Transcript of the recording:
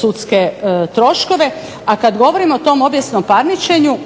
sudske troškove. A kad govorim o tom objesnom parničenju,